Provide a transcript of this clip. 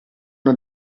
una